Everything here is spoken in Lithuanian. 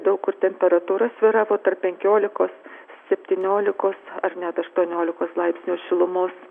daug kur temperatūra svyravo tarp penkiolikos septyniolikos ar net aštuoniolikos laipsnių šilumos